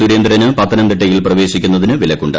സൂരേന്ദ്രന് പത്തനംതിട്ടയിൽ പ്രവേശിക്കുന്നതിന് വിലക്കുണ്ട്